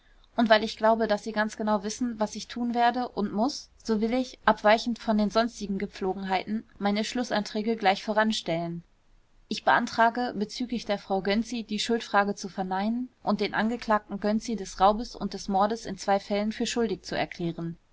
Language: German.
und weil ich glaube daß sie ganz genau wissen was ich tun werde und muß so will ich abweichend von den sonstigen gepflogenheiten meine schlußanträge gleich voranstellen ich beantrage bezüglich der frau gönczi die schuldfrage zu verneinen und den angeklagten gönczi des raubes und des mordes in zwei fällen für schuldig zu erklären